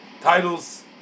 titles